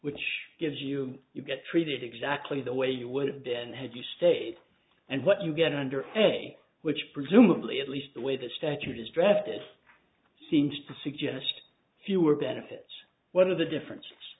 which gives you you get treated exactly the way you would have been had you stayed and what you get under way which presumably at least the way the statute is drafted seems to suggest fewer benefits one of the difference